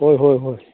ꯍꯣꯏ ꯍꯣꯏ ꯍꯣꯏ